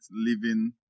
living